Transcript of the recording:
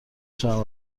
شوند